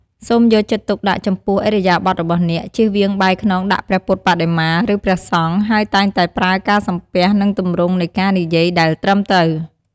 សូមយកចិត្តទុកដាក់ចំពោះឥរិយាបថរបស់អ្នក ជៀសវាងបែរខ្នងដាក់ព្រះពុទ្ធបដិមា ឬព្រះសង្ឃ ហើយតែងតែប្រើការសំពះ និងទម្រង់នៃការនិយាយដែលត្រឹមត្រូវ។